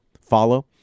follow